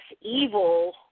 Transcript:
evil